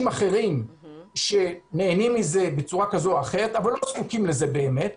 אחרים שנהנים מזה בצורה כזו או אחרת אבל לא זקוקים לזה באמת.